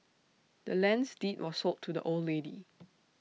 the land's deed was sold to the old lady